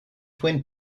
twin